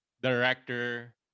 director